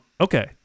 Okay